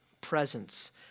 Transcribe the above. presence